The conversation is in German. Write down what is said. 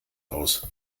aus